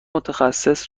متخصص